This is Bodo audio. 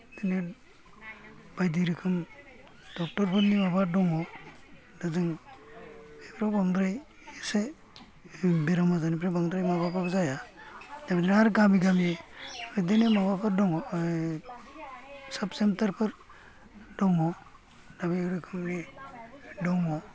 बिदिनो बायदि रोखोम डक्टरफोरनि माबा दं जों बेफोराव बांद्राय एसे बेमार आजारनिफ्राय बांद्राय माबाबाबो जाया आरो गामि गामि बिदिनो माबाफोर दङ साब सेन्टार फोर दङ दा बे रोखोमनि दङ